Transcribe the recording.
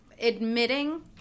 admitting